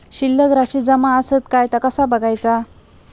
शिल्लक राशी जमा आसत काय ता कसा बगायचा?